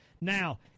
Now